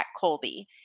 Colby